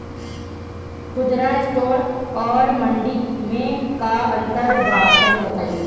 खुदरा स्टोर और मंडी में का अंतर बा तनी बताई?